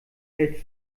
hält